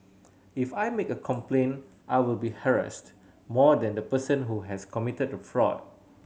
if I make a complaint I will be harassed more than the person who has committed the fraud